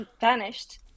vanished